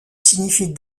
signifie